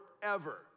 forever